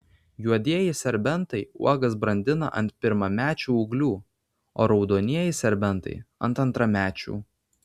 juodieji serbentai uogas brandina ant pirmamečių ūglių o raudonieji serbentai ant antramečių